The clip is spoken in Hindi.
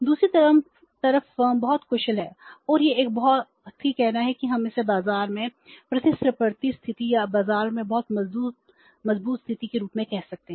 दूसरी तरफ फर्म बहुत कुशल है और यह एक बहुत ही कहना है कि आप इसे बाजार में प्रतिस्पर्धी स्थिति या बाजार में बहुत मजबूत स्थिति के रूप में कह सकते हैं